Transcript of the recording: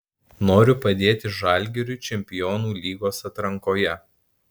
noriu padėti žalgiriui čempionų lygos atrankoje